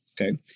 Okay